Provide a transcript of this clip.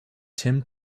tim